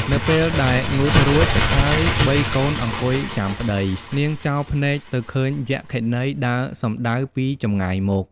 នៅពេលដែលងូតរួច ហើយបីកូន អង្គុយចាំប្តី នាងចោលភ្នែកទៅឃើញយក្ខិនីដើរសំដៅពីចម្ងាយមក ។